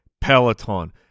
Peloton